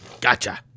Gotcha